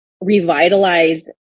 revitalize